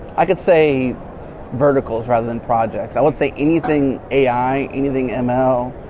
i could say verticals rather than projects. i would say anything ai anything no,